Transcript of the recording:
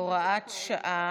הוראת שעה,